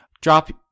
Drop